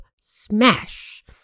SMASH